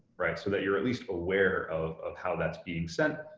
right, so that you're at least aware of of how that's being sent,